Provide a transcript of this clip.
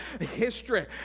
history